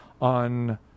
on